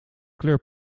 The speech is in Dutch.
kleur